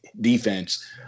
defense